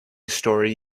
story